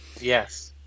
Yes